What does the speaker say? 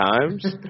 times